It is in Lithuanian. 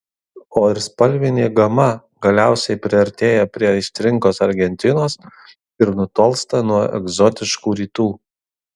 o ir spalvinė gama galiausiai priartėja prie aistringos argentinos ir nutolsta nuo egzotiškų rytų